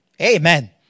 Amen